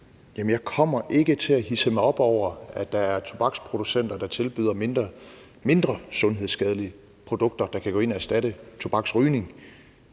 jeg kommer ikke til at hidse mig op over, at der er tobaksproducenter, der tilbyder mindre sundhedsskadelige produkter, der kan gå ind og erstatte tobaksrygning.